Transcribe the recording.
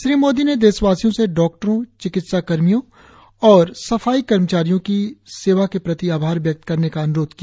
श्री मोदी ने देशवासियों से डॉक्टरों चिकित्सा कर्मियों और सफाई कर्मचारियों की सेवा के प्रति आभार व्यक्त करने का अन्रोध किया